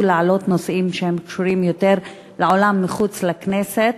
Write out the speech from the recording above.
להעלאת נושאים שקשורים יותר לעולם שמחוץ לכנסת,